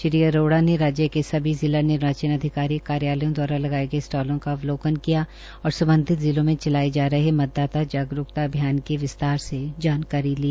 श्री अरोड़ा ने राज्य के सभी जिला निर्वाचन अधिकारी कार्यालयों द्वारा लगाए गए स्टॉलों का अवलोकन किया और संबंधित जिलों में चलाए जा रहे मतदाता जागरूकता अभियान की विस्तार से जानकारी ली